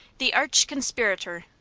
the arch conspirator.